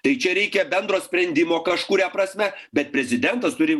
tai čia reikia bendro sprendimo kažkuria prasme bet prezidentas turi